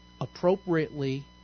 appropriately